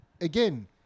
Again